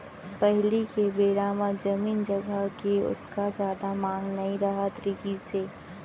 पहिली के बेरा म जमीन जघा के ओतका जादा मांग नइ रहत रहिस हे